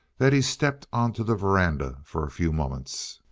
that he stepped onto the veranda for a few moments.